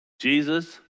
Jesus